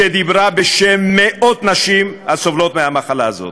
שדיברה בשם מאות נשים הסובלות מהמחלה הזאת.